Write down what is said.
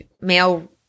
male